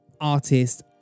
artist